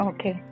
Okay